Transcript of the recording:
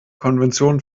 konvention